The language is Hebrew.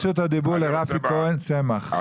רשות הדיבור לרפי כהן צמח.